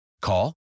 Call